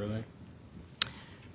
was